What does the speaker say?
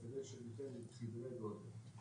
אחרי שאתן את סדרי הגודל.